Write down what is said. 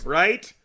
right